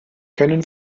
kennen